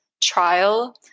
trial